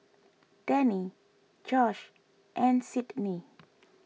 Danny Josh and Sydni